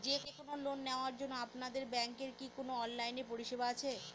যে কোন লোন নেওয়ার জন্য আপনাদের ব্যাঙ্কের কি কোন অনলাইনে পরিষেবা আছে?